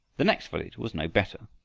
the next village was no better,